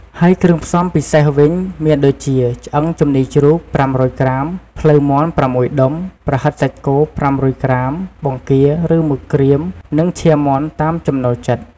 ហើយគ្រឿងផ្សំពិសេសវិញ មានដូចជា ឆ្អឹងជំនីជ្រូក ៥០០ក្រាម ភ្លៅមាន់៦ដុំ ប្រហិតសាច់គោ៥០០ក្រាម បង្គាឬ មឹកក្រៀម និងឈាមមាន់តាមចំណូលចិត្ត។